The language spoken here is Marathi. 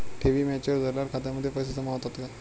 ठेवी मॅच्युअर झाल्यावर खात्यामध्ये पैसे जमा होतात का?